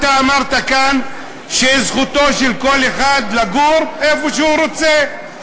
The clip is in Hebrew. אתה אמרת כאן שזכותו של כל אחד לגור איפה שהוא רוצה,